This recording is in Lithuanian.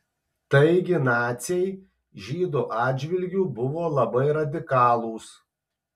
taigi naciai žydų atžvilgiu buvo labai radikalūs